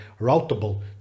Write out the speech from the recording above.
routable